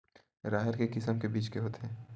राहेर के किसम के बीज होथे?